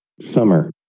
Summer